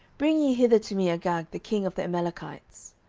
bring ye hither to me agag the king of the amalekites.